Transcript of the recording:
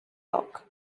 lock